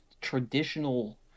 traditional